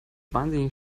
wahnsinnig